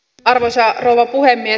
arvoisa rouva puhemies